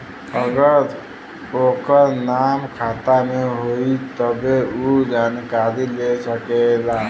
अगर ओकर नाम खाता मे होई तब्बे ऊ जानकारी ले सकेला